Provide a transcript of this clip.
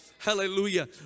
Hallelujah